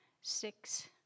six